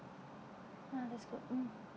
ah that's good mm